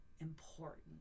important